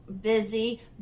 busy